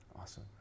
Awesome